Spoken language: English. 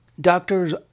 doctors